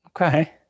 Okay